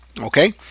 okay